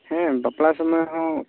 ᱦᱮᱸ ᱵᱟᱯᱞᱟ ᱥᱚᱢᱚᱭ ᱦᱚᱸ